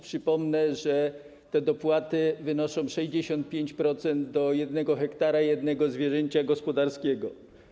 Przypomnę, że te dopłaty wynoszą 65% do 1 ha i jednego zwierzęcia gospodarskiego.